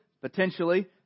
potentially